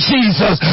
Jesus